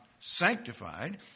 sanctified